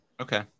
Okay